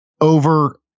over